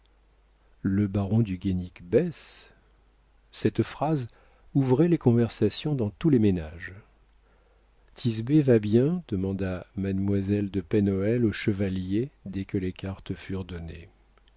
le baron du guénic baisse cette phrase ouvrait les conversations dans tous les ménages thisbé va bien demanda mademoiselle de pen hoël au chevalier dès que les cartes furent données